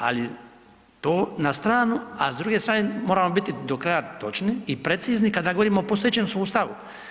Ali to na stranu, ali s druge strane moramo biti do kraja točni i precizni kada govorimo o postojećem sustavu.